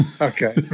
Okay